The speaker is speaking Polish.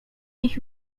nich